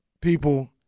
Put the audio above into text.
people –